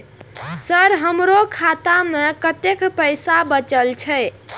Sir हमरो खाता में कतेक पैसा बचल छे?